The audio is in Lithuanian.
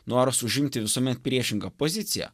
noras užimti visuomet priešingą poziciją